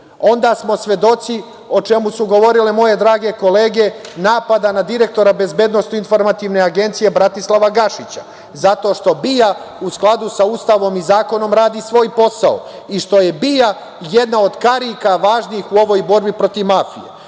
Onda smo svedoci, o čemu su govorile moje drage kolege, napada na direktora Bezbednosno-informativne agencije Bratislava Gašića, zato što BIA u skladu sa Ustavom i zakonom radi svoj posao i što je BIA jedna od karika važnih u ovoj borbi protiv mafije.